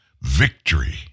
victory